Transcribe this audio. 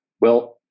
Well-